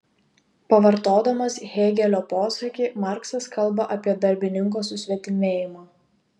pavartodamas hėgelio posakį marksas kalba apie darbininko susvetimėjimą